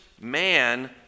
man